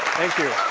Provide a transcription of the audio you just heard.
thank you,